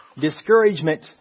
discouragement